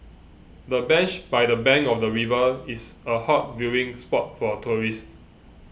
the bench by the bank of the river is a hot viewing spot for tourists